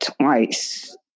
twice